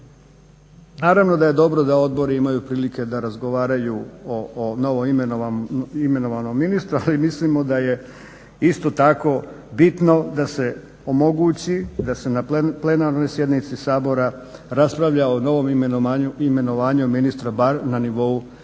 Naravno da je dobro da odbori imaju prilike da razgovaraju o novoimenovanom ministru, ali mislimo da je isto tako bitno da se omogući da se na plenarnoj sjednici Sabora raspravlja o novom imenovanju ministra bar na nivou klubova